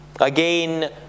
Again